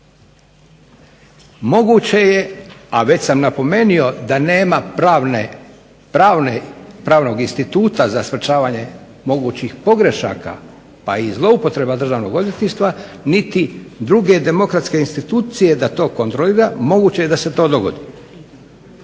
Moguće je, a već sam napomenuo da nema pravnog instituta za sprečavanje mogućih pogrešaka pa i zloupotreba državnog odvjetništva niti druge demokratske institucije da to kontrolira moguće je da se to dogodi.